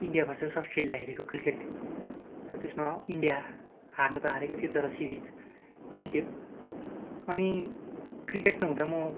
India versus Australia हेरेको cricket र त्यसमा इन्डिया हार्नु त हारेको थियो तर सिरिज जित्यो अनि क्रिकेट नहुँदा म